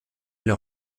leur